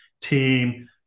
team